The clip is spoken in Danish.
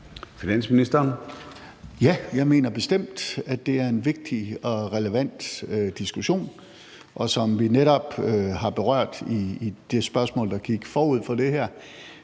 Wammen): Ja, jeg mener bestemt, at det er en vigtig og relevant diskussion. Som vi netop har berørt i det spørgsmål, der gik forud for det her,